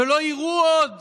ולא יראו עוד